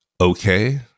okay